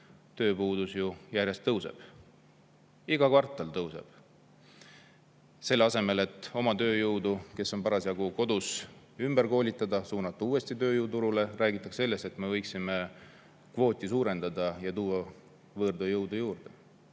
tööpuudus järjest tõuseb, iga kvartal tõuseb. Selle asemel, et oma [inimesi], kes on parasjagu kodus, ümber koolitada ja suunata uuesti tööjõuturule, räägitakse sellest, et me võiksime kvooti suurendada ja tuua võõrtööjõudu juurde.